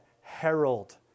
herald